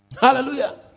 Hallelujah